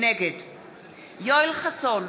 נגד יואל חסון,